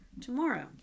tomorrow